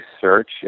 search